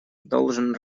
должен